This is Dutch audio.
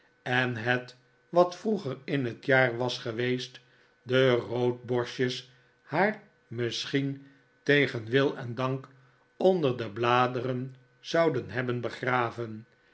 en het wat vroeger in het jaar was geweest de roodborstjes haar rriisschien tegen wil en dank onder de bladeren zouden hebben begraven